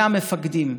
המפקדים,